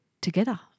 together